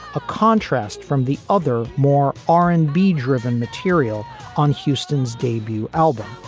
a contrast from the other, more r and b driven material on houston's debut album.